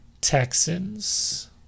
Texans